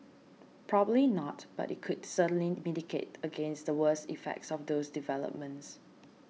probably not but it could certainly mitigate against the worst effects of those developments